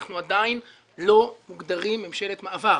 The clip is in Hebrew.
אנחנו עדיין לא מוגדרים ממשלת מעבר.